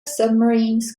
submarines